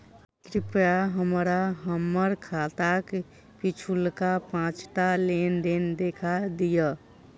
कृपया हमरा हम्मर खाताक पिछुलका पाँचटा लेन देन देखा दियऽ